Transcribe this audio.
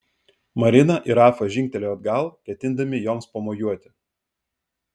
marina ir rafa žingtelėjo atgal ketindami joms pamojuoti